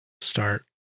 start